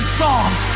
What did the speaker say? songs